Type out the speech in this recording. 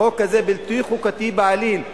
החוק הזה בלתי חוקתי בעליל.